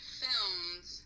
films